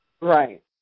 Right